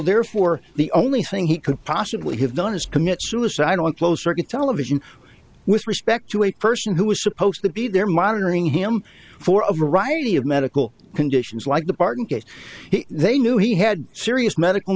therefore the only thing he could possibly have done is commit suicide on closed circuit television with respect to a person who was supposed to be there monitoring him for a variety of medical conditions like the barton get he they knew he had serious medical